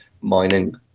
mining